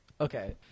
okay